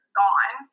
gone